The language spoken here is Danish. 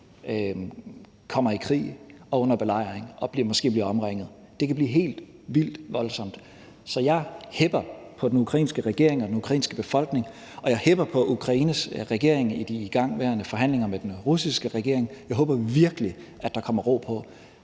kommer i krig, kommer under belejring og måske bliver omringet. Det kan blive helt vildt voldsomt. Så jeg hepper på den ukrainske regering og den ukrainske befolkning, og jeg hepper på Ukraines regering i de igangværende forhandlinger med den russiske regering. Jeg håber virkelig, at der kommer ro på,